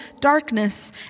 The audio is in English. darkness